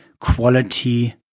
quality